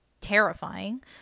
terrifying